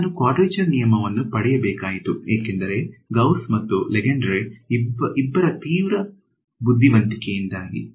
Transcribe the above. ನಾನು ಕ್ವಾಡ್ರೇಚರ್ ನಿಯಮವನ್ನು ಪಡೆಯಬೇಕಾಯಿತು ಏಕೆಂದರೆ ಗೌಸ್ ಮತ್ತು ಲೆಂಗೆಡ್ರೆ ಇಬ್ಬರ ತೀವ್ರ ಬುದ್ಧಿವಂತಿಕೆಯಿಂದಾಗಿ